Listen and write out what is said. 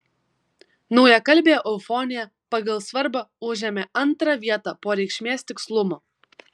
naujakalbėje eufonija pagal svarbą užėmė antrą vietą po reikšmės tikslumo